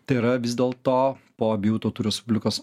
tai yra vis dėlto po abiejų tautų respublikos